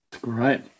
Great